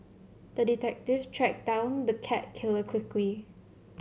the detective tracked down the cat killer quickly